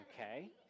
okay